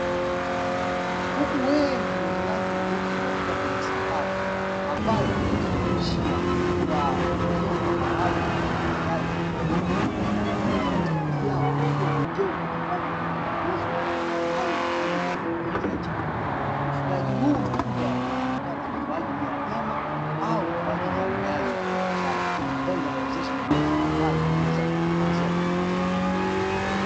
Kuku wengi wenye rangi nyeupe wakiwa kwenye sakafu ambayo imezungushiwa kwa majengo maalumu ya ufugaji wa kuku. Huku katikati yao kukiwa na vyombo ambavyo vimening'inizwa maalumu kwa ajili ya kuwawekea chakula. Ufugaji huu mkubwa unaonekana ni kwa ajili ya nyama au kwa ajili ya mayai ya biashara, ambayo inawawezesha wajasiriamali kuweza kujipatia kipato.